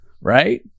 right